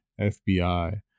FBI